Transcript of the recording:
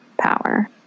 power